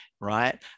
right